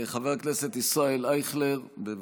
חבר הכנסת ישראל אייכלר, בבקשה.